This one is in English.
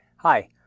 Hi